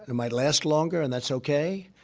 and might last longer, and that's okay.